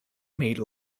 made